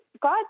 God